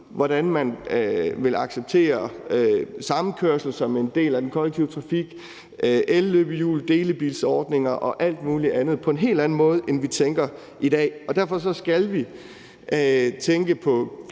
trafik vil acceptere samkørsel, elløbehjul, delebilsordninger og alt muligt andet på en helt anden måde, end vi tænker i dag. Derfor skal vi tænke på